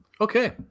okay